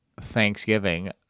Thanksgiving